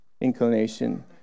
inclination